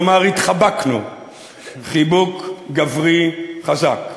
כלומר התחבקנו חיבוק גברי חזק.